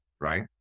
Right